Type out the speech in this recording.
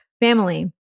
family